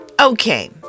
Okay